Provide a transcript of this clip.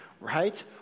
right